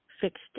fixed